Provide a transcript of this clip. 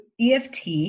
EFT